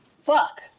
fuck